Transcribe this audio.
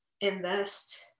invest